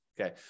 okay